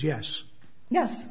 yes yes